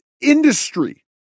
industry